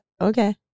okay